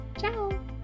Ciao